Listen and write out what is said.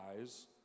eyes